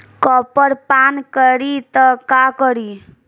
Copper पान करी त का करी?